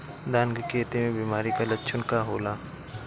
धान के खेती में बिमारी का लक्षण का होला?